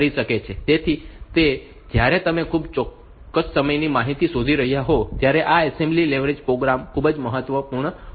તેથી તે રીતે જ્યારે તમે ખૂબ જ ચોક્કસ સમયની માહિતી શોધી રહ્યા હોવ ત્યારે આ એસેમ્બલી લેંગ્વેજ પ્રોગ્રામ્સ ખૂબ જ મહત્વપૂર્ણ હોય છે